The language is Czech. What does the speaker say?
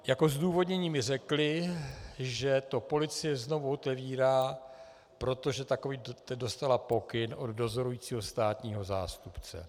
Jako zdůvodnění mi řekli, že to policie znovu otevírá, protože dostala takový pokyn od dozorujícího státního zástupce.